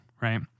right